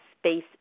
space